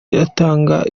iratanga